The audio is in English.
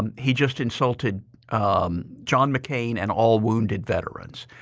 and he just insulted john mccain and all wounded veterans.